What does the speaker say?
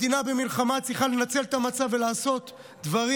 מדינה במלחמה צריכה לנצל את המצב ולעשות דברים